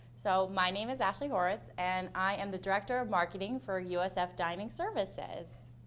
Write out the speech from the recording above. so my name is ashley horowitz, and i am the director of marketing for usf dining services.